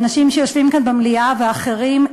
האנשים שיושבים כאן במליאה ואחרים,